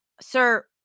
Sir